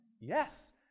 Yes